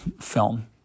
film